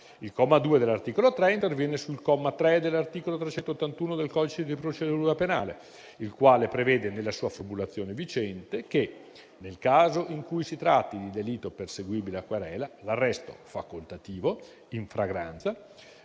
Il comma 2 dell'articolo 3 interviene sul comma 3 dell'articolo 381 del codice di procedura penale, il quale prevede, nella sua formulazione vigente, che, nel caso in cui si tratti di delitto perseguibile a querela, l'arresto facoltativo, in flagranza,